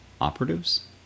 operatives